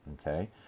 Okay